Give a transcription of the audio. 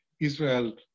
Israel